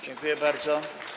Dziękuję bardzo.